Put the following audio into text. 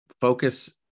focus